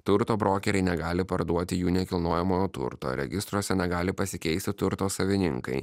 turto brokeriai negali parduoti jų nekilnojamojo turto registruose negali pasikeisti turto savininkai